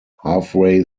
halfway